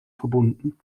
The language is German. verbunden